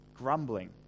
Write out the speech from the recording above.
grumbling